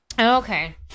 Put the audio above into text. Okay